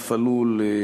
לענף הלול,